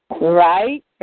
Right